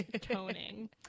toning